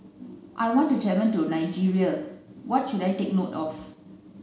I want to travel to Nigeria what should I take note of